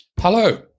Hello